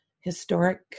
historic